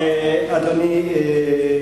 אדוני,